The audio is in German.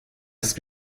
ist